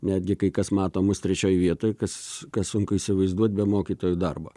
netgi kai kas mato mus trečioj vietoj kas kas sunku įsivaizduot be mokytojų darbo